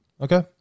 Okay